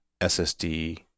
ssd